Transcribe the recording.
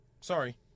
Sorry